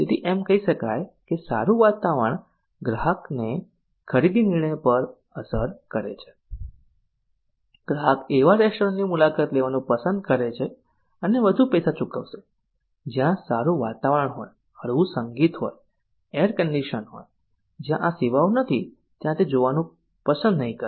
તેથી એમ કહી શકાય કે સારું વાતાવરણ ગ્રાહક ણા ખરીદી નિર્ણય પર અસર કરે છે ગ્રાહકો એવા રેસ્ટોરન્ટની મુલાકાત લેવાનું પસંદ કરે છે અને વધુ પૈસા ચૂકવશે જ્યાં સારું વાતાવરણ હોયહળવું સંગીત હોય ઐર કન્ડીશન હોય જ્યાં આ સેવાઓ નથી ત્યાં તે જાવાનું પસંદ નહિ કરે